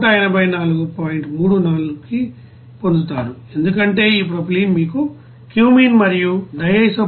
34 కి పొందుతారు ఎందుకంటే ఈ ప్రొపైలిన్ మీకు క్యూమీన్ మరియు DIPB ఇస్తుంది